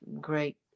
great